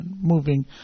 moving